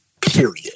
period